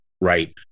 right